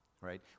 right